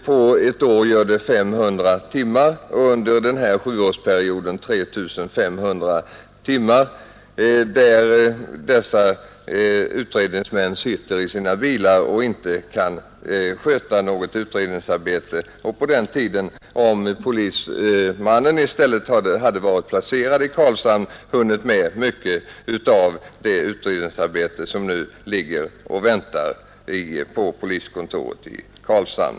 På ett år blir det 500 timmar och under sjuårsperioden har det alltså gått åt 3 500 timmar i restid, då dessa utredningsmän sitter i sina bilar och inte kan sköta något utredningsarbete. Om de i stället hade varit placerade i Karlshamn hade de hunnit med mycket av det utredningsarbete som nu ligger och väntar på poliskontoret i Karlshamn.